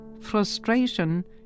frustration